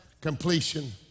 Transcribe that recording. completion